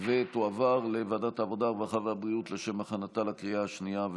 לוועדת העבודה והרווחה נתקבלה.